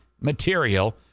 material